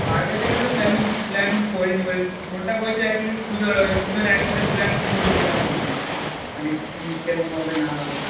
আগে থেকে তো প্যালিং প্ল্যানিং করিনি ওই ফোনটা করে একদিকে সুবিধা হলো ওই দুজন একসাথে প্ল্যানিং করে নেওয়া হোক না মানে কী কীরকম হবে না হবে